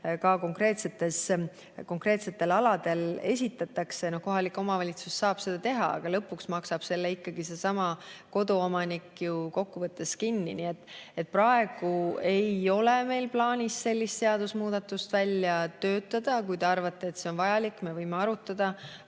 konkreetsetel aladel esitatakse, kohalik omavalitsus saab seda teha, aga lõpuks maksab selle ikkagi seesama koduomanik ju kokkuvõttes kinni. Nii et praegu ei ole meil plaanis sellist seadusemuudatust välja töötada. Kui te arvate, et see on vajalik, siis me võime seda arutada.